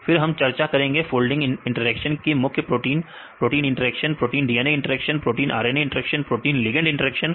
फिर हम चर्चा करेंगे फोल्डिंग इंटरेक्शन की मुख्य protein protein interaction protein DNA interaction protein RNA interaction protein ligand interaction